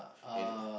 and